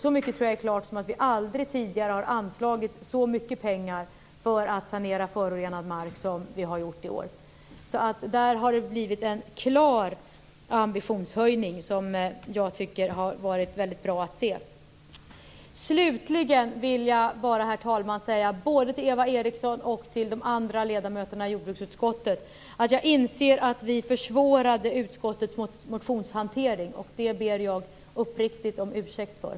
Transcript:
Vi har aldrig tidigare anslagit så mycket pengar för att sanera förorenad mark som vi har gjort i år - så mycket tror jag är klart. Där har det alltså blivit en klar ambitionshöjning som har varit väldigt bra att se. Herr talman! Slutligen vill jag säga både till Eva Eriksson och till de andra ledamöterna i jordbruksutskottet att jag inser att regeringen försvårade utskottets motionshantering. Det ber jag uppriktigt om ursäkt för.